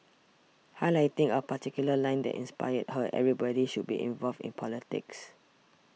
highlighting a particular line that inspired her everybody should be involved in politics